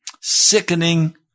sickening